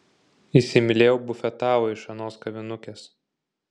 įsimylėjau bufetavą iš anos kavinukės